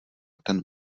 ten